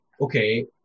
okay